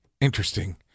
interesting